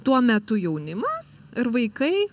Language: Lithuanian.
tuo metu jaunimas ir vaikai